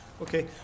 okay